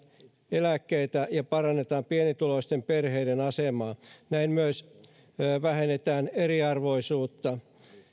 eläkkeitä ja parannetaan pienituloisten perheiden asemaa näin myös vähennetään eriarvoisuutta